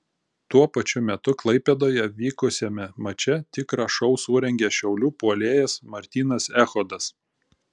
tuo pačiu metu klaipėdoje vykusiame mače tikrą šou surengė šiaulių puolėjas martynas echodas